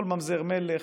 כל ממזר, מלך.